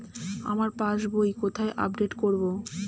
আমার পাস বই কোথায় আপডেট করব?